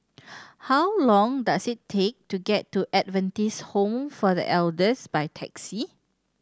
how long does it take to get to Adventist Home for The Elders by taxi